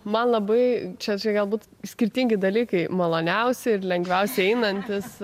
man labai čia čia galbūt skirtingi dalykai maloniausi ir lengviausiai einantis